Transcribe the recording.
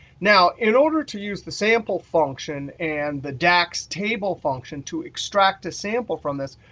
now in order to use the sample function and the dax table function to extract a sample from this,